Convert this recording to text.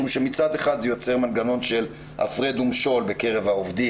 הסיבה לכך היא שמצד אחד זה יוצר מנגנון של "הפרד ומשול" בקרב העובדים,